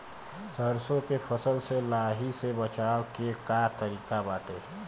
सरसो के फसल से लाही से बचाव के का तरीका बाटे?